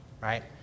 right